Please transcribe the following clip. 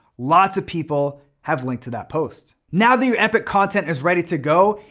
lots of people have linked to that post. now that your epic content is ready to go,